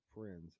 Friends